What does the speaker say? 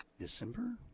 December